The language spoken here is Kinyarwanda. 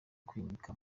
kwimika